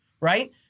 Right